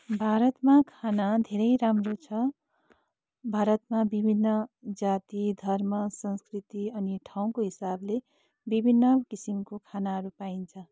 भारतमा खाना धेरै राम्रो छ भारतमा विभिन्न जाति धर्म संस्कृति अनि ठाउँको हिसाबले विभिन्न किसिमको खानाहरू पाइन्छ